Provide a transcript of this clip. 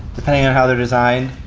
depending on how they're designed,